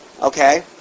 Okay